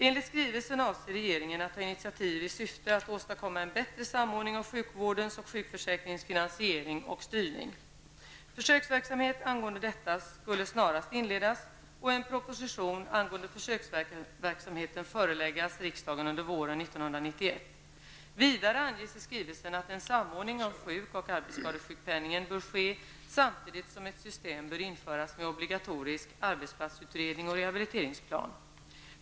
Enligt skrivelsen avser regeringen att ta initiativ i syfte att åstadkomma en bättre samordning av sjukvårdens och sjukförsäkringens finansiering och styrning. Försöksverksamhet angående detta skulle snarast inledas och en proposition angående försöksverksamheten föreläggas riksdagen under våren 1991. Vidare anges i skrivelsen att en samordning av sjuk och arbetsskadesjukpenningen bör ske samtidigt som ett system bör införas med obligatorisk arbetsplatsutredning och rehabiliteringsplan.